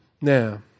Now